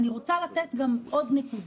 אני רוצה לתת גם עוד נקודה.